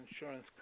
insurance